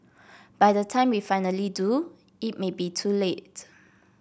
by the time we finally do it may be too late